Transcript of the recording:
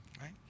right